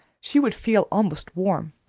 she would feel almost warm,